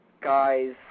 guys